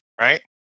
right